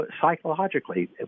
psychologically